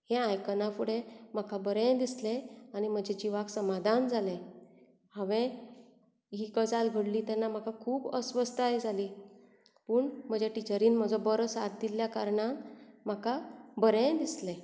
हें आयकना फुडें म्हाका बरें दिसलें आनी म्हज्या जिवाक समाधान जालें हांवें ही गजाल घडली तेन्ना खूब अस्वस्थाय जाली पूण म्हज्या टिचरीन म्हजो बरो साथ दिल्ल्या कारणान म्हाका बरें दिसलें